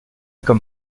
comme